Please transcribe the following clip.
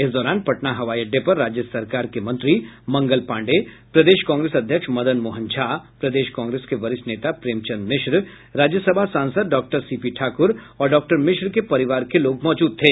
इस दौरान पटना हवाई अड्डे पर राज्य सरकार के मंत्री मंगल पांडेय प्रदेश कांग्रेस अध्यक्ष मदन मोहन झा प्रदेश कांग्रेस के वरिष्ठ नेता प्रेमचन्द्र मिश्र राज्यसभा सांसद डॉक्टर सी पी ठाकुर और डॉक्टर मिश्र के परिवार के लोग मौजूद थे